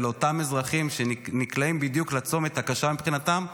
ולאותם אזרחים שנקלעים בדיוק לצומת הקשה מבחינתם.